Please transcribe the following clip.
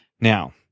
Now